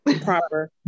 proper